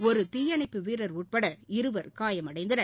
ஒரு தீயணைப்பு வீரர் ஒருவர் உட்பட இருவர் காயமடைந்தனர்